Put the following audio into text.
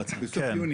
כן.